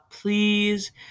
please